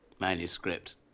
manuscript